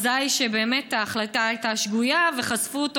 אזי באמת ההחלטה הייתה שגויה וחשפו אותו